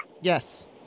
Yes